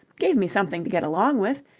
gave me something to get along with.